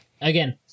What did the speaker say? again